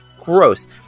Gross